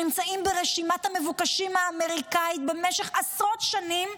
שנמצאים ברשימת המבוקשים האמריקנית במשך עשרות שנים,